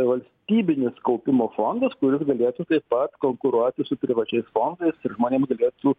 valstybinis kaupimo fondas kuris galėtų taip pat konkuruoti su privačiais fondais ir žmonėm galėtų